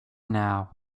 now